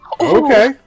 Okay